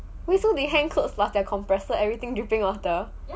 so they hang clothes on their compressor everything dripping out of the